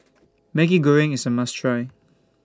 Maggi Goreng IS A must Try